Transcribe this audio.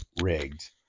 rigged